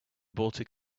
baltic